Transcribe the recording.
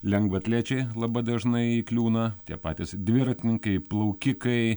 lengvaatlečiai labai dažnai įkliūna tie patys dviratininkai plaukikai